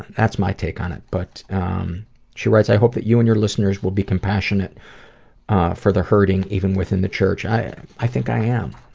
that's my take on it, but she writes, i hope that you and your listeners will be compassionate for the hurting even within the church. i and i think i am.